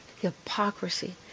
hypocrisy